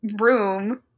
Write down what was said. room